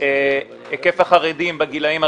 היקף החרדים בגילאים הרלוונטיים,